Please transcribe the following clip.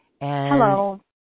Hello